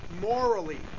morally